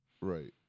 Right